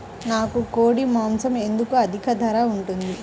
నాకు కోడి మాసం ఎందుకు అధిక ధర ఉంటుంది?